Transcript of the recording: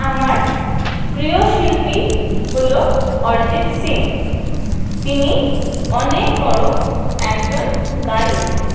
আমার প্রিয় শিল্পী হলো অরিজিৎ সিং তিনি অনেক বড় একজন গায়ক